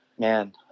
Man